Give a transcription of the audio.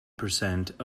percent